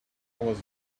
was